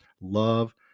Love